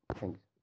thanks